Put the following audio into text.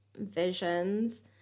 visions